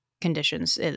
conditions